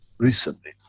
recently.